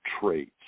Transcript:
traits